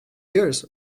years